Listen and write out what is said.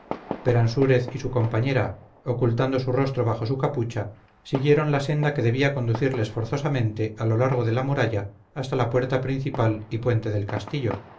verse peransúrez y su compañera ocultando su rostro bajo su capucha siguieron la senda que debía conducirles forzosamente a lo largo de la muralla hasta la puerta principal y puente del castillo